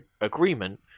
agreement